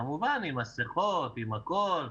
כמובן, עם מסכות, עם הכול,